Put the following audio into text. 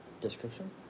Description